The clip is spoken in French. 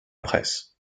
presse